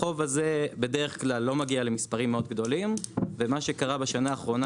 החוב הזה בדרך כלל לא מגיע למספרים מאוד גדולים ומה שקרה בשנה האחרונה,